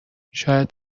شاید